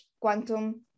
quantum